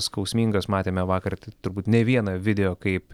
skausmingas matėme vakar turbūt ne vieną video kaip